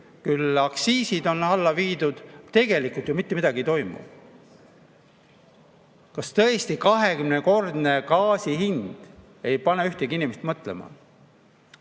küll on aktsiisid alla viidud. Tegelikult ju mitte midagi ei toimu. Kas tõesti 20‑kordne gaasi hind ei pane ühtegi inimest mõtlema?